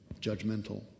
judgmental